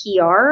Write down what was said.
PR